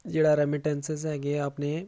ਜਿਹੜਾ ਰੈਮੀਟੈਂਸਸ ਹੈਗੇ ਆਪਣੇ